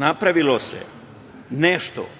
napravilo se nešto